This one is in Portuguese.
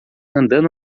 andando